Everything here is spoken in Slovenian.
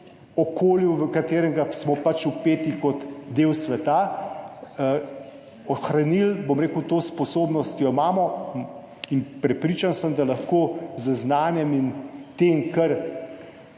okolju, v katerega smo pač vpeti kot del sveta, ohranili to sposobnost, ki jo imamo in prepričan sem, da lahko z znanjem in